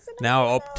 Now